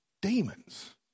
Demons